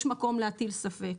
יש מקום להטיל ספק,